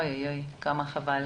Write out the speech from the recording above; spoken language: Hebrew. כמובן,